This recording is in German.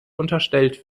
unterstellt